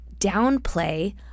downplay